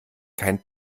kein